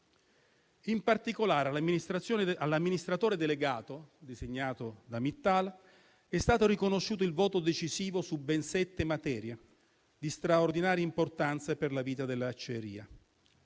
In particolare, all'amministratore delegato designato da Mittal è stato riconosciuto il voto decisivo su ben sette materie di straordinaria importanza per la vita dell'acciaieria;